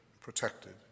protected